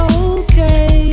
okay